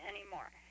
anymore